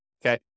Okay